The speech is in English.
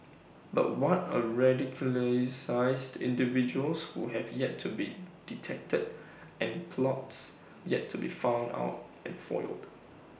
but what of radicalised individuals who have yet to be detected and plots yet to be found out and foiled